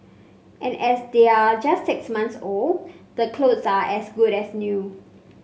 and as they're just six months old the clothes are as good as new